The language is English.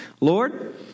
Lord